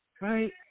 Right